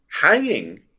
hanging